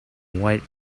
wide